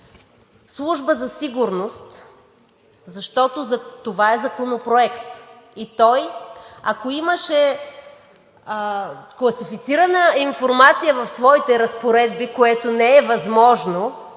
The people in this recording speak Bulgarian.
служба за сигурност, защото това е Законопроект. Той, ако имаше класифицирана информация в своите разпоредби, което не е възможно